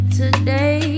today